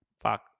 fuck